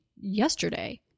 yesterday